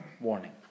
warning